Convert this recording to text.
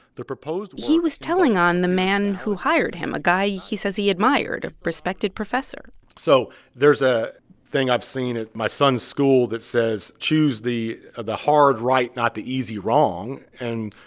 the proposed. he was telling on the man who hired him, a guy he says he admired a respected professor so there's a thing i've seen at my son's school that says, choose the ah hard hard right not the easy wrong. and